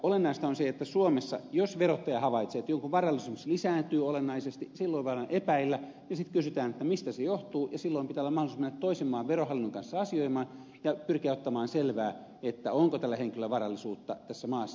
olennaista on se että jos suomessa verottaja havaitsee että esimerkiksi jonkun varallisuus lisääntyy olennaisesti silloin voidaan epäillä ja silloin kysytään mistä se johtuu ja silloin pitää olla mahdollisuus mennä toisen maan verohallinnon kanssa asioimaan ja pitää pyrkiä ottamaan selvää onko tällä henkilöllä varallisuutta tässä maassa